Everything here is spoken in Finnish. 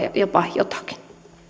joitakin